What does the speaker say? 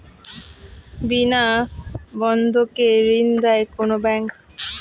বিনা বন্ধকে ঋণ দেয় কোন ব্যাংক?